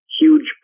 huge